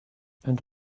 and